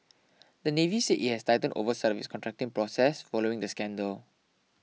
the Navy said it has tightened oversight of its contracting process following the scandal